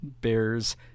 Bears